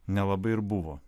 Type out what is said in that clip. nelabai ir buvo